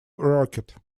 rocket